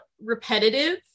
repetitive